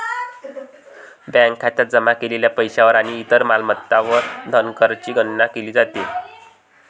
bank खात्यात जमा केलेल्या पैशावर आणि इतर मालमत्तांवर धनकरची गणना केली जाते